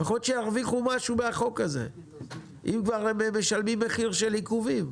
לפחות שירוויחו משהו מהחוק הזה אם כבר הם משלמים מחיר של עיכובים.